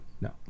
No